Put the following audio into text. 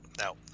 no